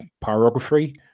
pyrography